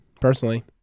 personally